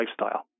lifestyle